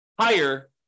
higher